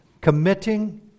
committing